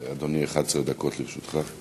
אדוני, 11 דקות לרשותך.